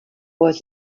was